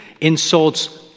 insults